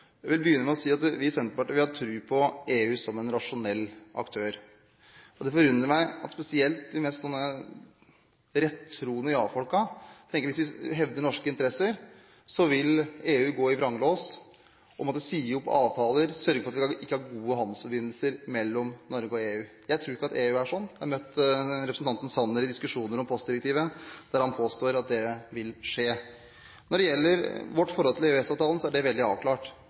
Jeg vil begynne med å si at vi i Senterpartiet har tro på EU som en rasjonell aktør, og det forundrer meg at spesielt de mest rettroende ja-folkene tenker at hvis vi hevder norske interesser, vil EU gå i vranglås og si opp avtaler, sørge for at det ikke er gode handelsforbindelser mellom Norge og EU. Jeg tror ikke at EU er sånn – jeg har møtt representanten Sanner i diskusjoner om postdirektivet der han påstår at det vil skje. Når det gjelder vårt forhold til EØS-avtalen, er det veldig avklart.